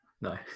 No